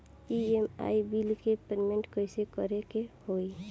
EMI bill के payment कइसे करे के होई?